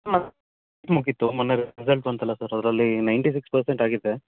ಮುಗೀತು ಮೊನ್ನೆ ರಿಸಲ್ಟ್ ಬಂತಲ್ಲ ಸರ್ ಅದರಲ್ಲಿ ನೈಂಟಿ ಸಿಕ್ಸ್ ಪರ್ಸೆಂಟ್ ಆಗಿದೆ